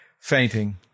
fainting